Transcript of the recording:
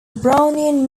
brownian